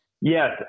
Yes